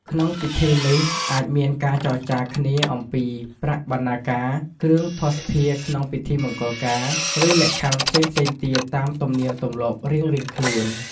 ក្នុងពិធីនេះ អាចមានការចរចាគ្នាអំពីប្រាក់បណ្ណាការ គ្រឿងភស្តុភារក្នុងពិធីមង្គលការ ឬលក្ខខណ្ឌផ្សេងៗទៀតតាមទំនៀមទម្លាប់រៀងៗខ្លួន។